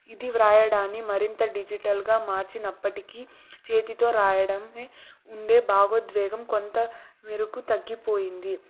ఇది రాయడాన్ని మరింత డిజిటల్గా మార్చినప్పటికీ చేతితో రాయడమే ఉండే భాగోద్వేగం కొంత మేరకు తగ్గిపోయింది